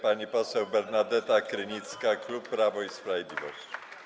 Pani poseł Bernadeta Krynicka, klub Prawo i Sprawiedliwość.